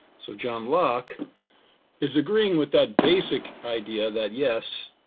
so john locke is agreeing with that basic idea that yes,